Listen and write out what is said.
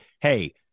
hey